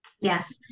Yes